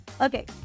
Okay